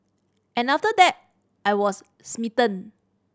and after that I was smitten